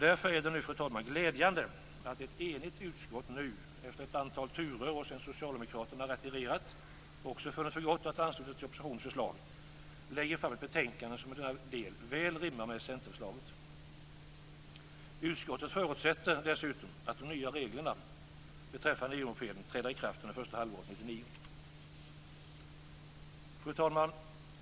Därför är det, fru talman, glädjande att ett enigt utskott nu - efter ett antal turer och sedan socialdemokraterna retirerat och också funnit för gott att ansluta sig till oppositionens förslag - lägger fram ett betänkande som i denna del väl rimmar med centerförslaget. Utskottet förutsätter dessutom att de nya reglerna om EU-mopeden träder i kraft under det första halvåret 1999. Fru talman!